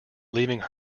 leaving